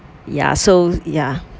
ya so ya